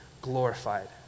glorified